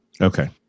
Okay